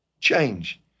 change